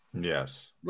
Yes